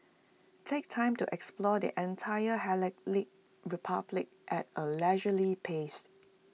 take time to explore the entire Hellenic republic at A leisurely pace